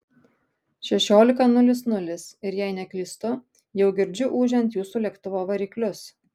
šešiolika nulis nulis ir jei neklystu jau girdžiu ūžiant jūsų lėktuvo variklius